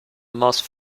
most